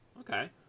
Okay